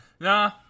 Nah